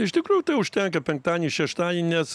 iš tikrųjų tai užtenka penktadienį šeštadienį nes